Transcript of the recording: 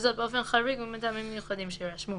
וזאת באופן חריג ומטעמים מיוחדים שיירשמו,